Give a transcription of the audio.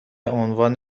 عنوان